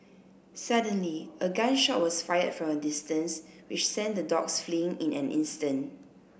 suddenly a gun shot was fired from a distance which sent the dogs fleeing in an instant